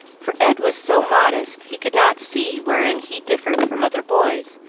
for ed was so modest he could not see wherein he differed from other boys,